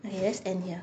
I guess end here